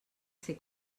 ser